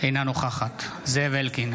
אינה נוכחת זאב אלקין,